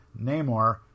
Namor